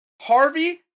Harvey